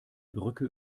brücke